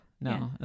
no